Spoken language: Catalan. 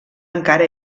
encara